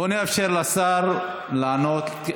בואו נאפשר לשר לענות.